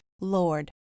Lord